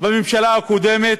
בממשלה הקודמת,